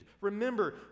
Remember